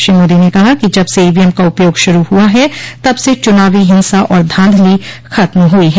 श्री मोदी ने कहा कि जब से ईवीएम का उपयोग शुरू हुआ है तब से चुनावी हिंसा और धांधली खत्म हुई है